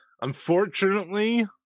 Unfortunately